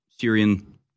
Syrian